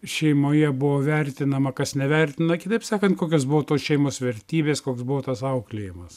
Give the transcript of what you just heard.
šeimoje buvo vertinama kas nevertina kitaip sakant kokios buvo tos šeimos vertybės koks buvo tas auklėjimas